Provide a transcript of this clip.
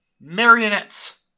marionettes